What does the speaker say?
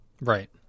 right